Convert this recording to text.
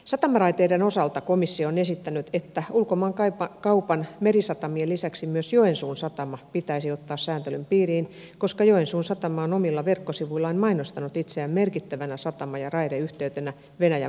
satamaraiteiden osalta komissio on esittänyt että ulkomaankaupan merisatamien lisäksi myös joensuun satama pitäisi ottaa sääntelyn piiriin koska joensuun satama on omilla verkkosivuillaan mainostanut itseään merkittävänä satama ja raideyhteytenä venäjän markkinoille